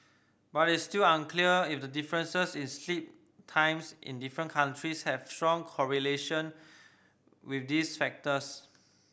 but it's still unclear if the differences in sleep times in different countries have strong correlation with these factors